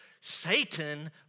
Satan